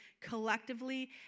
collectively